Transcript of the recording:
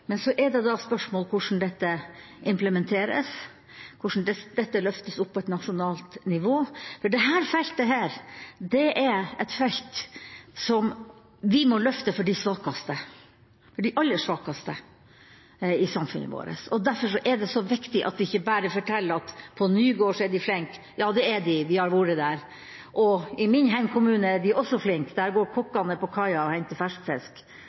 Men så er det spørsmål om hvordan dette implementeres, hvordan dette løftes opp på et nasjonalt nivå, for dette er et felt vi må løfte for de svakeste, for de aller svakeste i samfunnet vårt. Derfor er det så viktig at vi ikke bare forteller at på Nygård er de flinke. Ja, det er de, vi har vært der. I min hjemkommune er de også flinke. Der går kokkene på kaia og henter ferskfisk